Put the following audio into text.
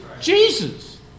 Jesus